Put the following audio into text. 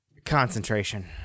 concentration